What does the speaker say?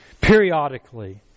periodically